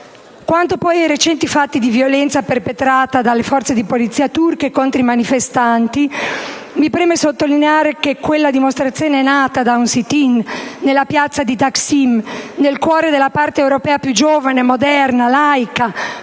Quanto ai recenti fatti di violenza perpetrati dalle forze di polizia turche contro i manifestanti, mi preme sottolineare che quella dimostrazione è nata da un *sit-in* in piazza Taksim, nel cuore della parte europea più giovane e moderna, laica